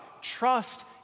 Trust